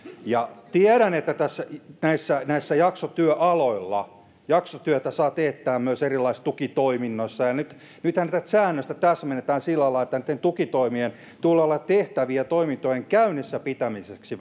tiedän että näillä jaksotyöaloilla jaksotyötä saa teettää myös erilaisissa tukitoiminnoissa ja nythän tätä säännöstä täsmennetään sillä lailla että näitten tukitoimien tulee olla tehtäviä jotka ovat välttämättömiä toimintojen käynnissä pitämiseksi